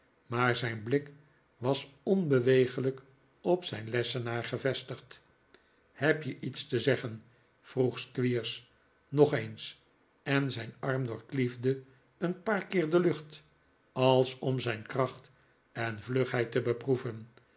maar zijn blik was onbeweeglijk op zijn lessenaar gevestigd heb je iets te zeggen vroeg squeers nog eens en zijn arm doorkliefde een paar keer de lucht als om zijn kracht en vlugheid te beproeven